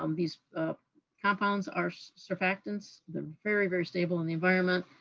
um these compounds are surfactants. they're very, very stable in the environment.